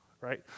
right